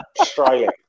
Australia